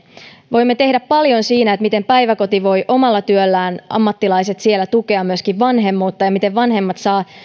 voimme tehdä paljon siinä miten päiväkoti voi omalla työllään ammattilaiset siellä tukea myöskin vanhemmuutta ja miten vanhemmat saavat